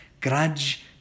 grudge